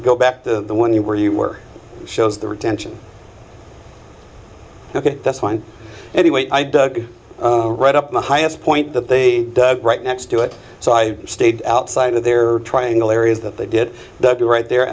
go back to the one where you were shows the retention ok that's one anyway i dug right up the highest point that they dug right next to it so i stayed outside of their triangle areas that they did the be right there